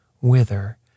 whither